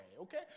okay